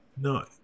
No